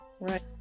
Right